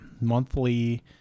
monthly